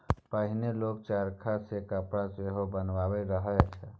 पहिने लोक चरखा सँ कपड़ा सेहो बनाबैत रहय